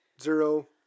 zero